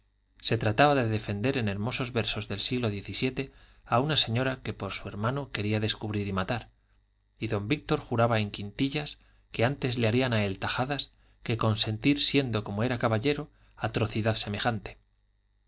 se trataba de defender en hermosos versos del siglo diez y siete a una señora que un su hermano quería descubrir y matar y don víctor juraba en quintillas que antes le harían a él tajadas que consentir siendo como era caballero atrocidad semejante